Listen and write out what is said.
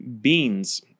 Beans